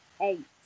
eight